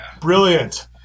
Brilliant